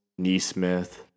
Neesmith